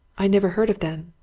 i never heard of them.